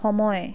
সময়